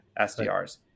SDRs